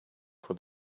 for